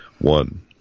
One